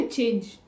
Change